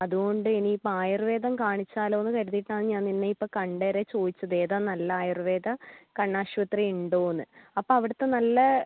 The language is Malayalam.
അതുകൊണ്ട് ഇനി ഇപ്പോൾ ആയുർവ്വേദം കാണിച്ചാലോ എന്ന് കരുതിയിട്ടാണ് ഞാൻ നിന്നെ ഇപ്പോൾ കണ്ടേരേ ചോദിച്ചത് ഏതാണ് നല്ലത് ആയുർവേദ കണ്ണാശുപത്രി ഉണ്ടോ എന്ന് അപ്പോൾ അവിടത്തെ നല്ല